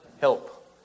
help